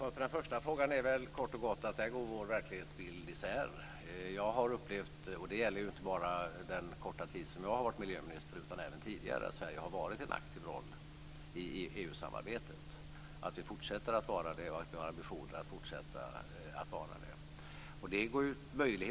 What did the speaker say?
Fru talman! Svaret på den första frågan är kort och gott att vår verklighetsbild går isär där. Jag upplever - det gäller inte bara den korta tid som jag har varit miljöminister, utan även tidigare - att Sverige har spelat en aktiv roll i EU-samarbetet, att vi fortsätter att göra det och att vi har ambitioner att fortsätta att göra det.